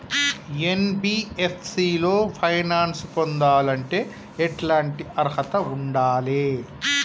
NBFC లో finance పొందాలంటే ఎట్లాంటి అర్హత ఉండాలే?